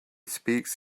speaks